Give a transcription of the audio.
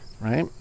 right